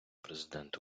президент